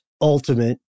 ultimate